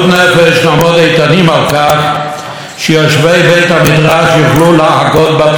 בית המדרש יוכלו להגות בתורה כל זמן שנפשם חשקה בכך,